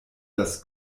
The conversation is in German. das